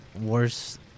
worse